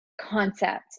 concept